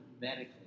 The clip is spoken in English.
medically